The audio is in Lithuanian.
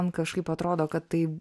man kažkaip atrodo kad tai